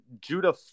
Judah